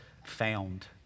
Found